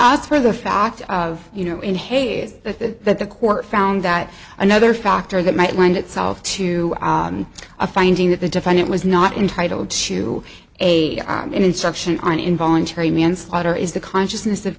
as for the fact of you know in haiti is that the that the court found that another factor that might lend itself to a finding that the defendant was not entitled to a instruction on involuntary manslaughter is the consciousness of